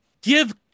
give